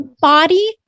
body